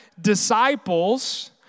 disciples